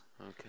Okay